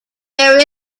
there